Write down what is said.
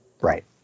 Right